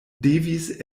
devis